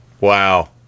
Wow